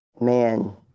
man